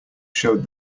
showed